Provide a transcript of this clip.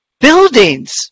Buildings